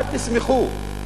אל תשמחו.